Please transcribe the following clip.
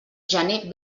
gener